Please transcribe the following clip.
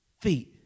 feet